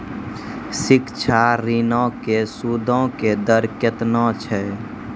शिक्षा ऋणो के सूदो के दर केतना छै?